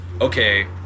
okay